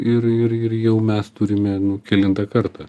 ir ir ir jau mes turime nu kelintą kartą